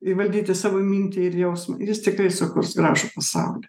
įvaldyti savo mintį ir jausmą ir jis tikrai sukurs gražų pasaulį